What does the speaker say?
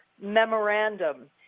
memorandum